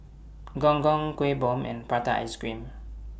Gong Gong Kuih Bom and Prata Ice Cream